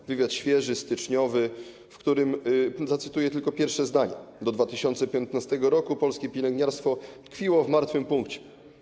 To wywiad świeży, styczniowy, z którego zacytuję tylko pierwsze zdanie: Do 2015 r. polskie pielęgniarstwo tkwiło w martwym punkcie.